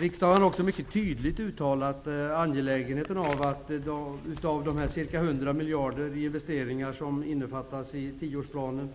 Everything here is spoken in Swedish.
Riksdagen har också mycket tydligt uttalat angelägenheten av, att av de ca 100 miljarder i investeringar som innefattas i tioårsplanen,